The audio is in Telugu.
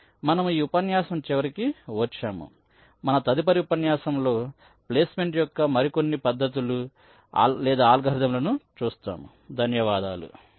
కాబట్టి మనము ఈ ఉపన్యాసం చివరికి వచ్చాము మన తదుపరి ఉపన్యాసాలలో ప్లేస్ మెంట్ యొక్క మరికొన్ని పద్ధతులు లేదా అల్గోరిథంలను చూస్తాము